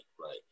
right